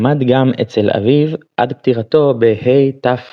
למד גם אצל אביו עד פטירתו בה'תרנ"ח.